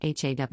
HAW